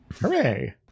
hooray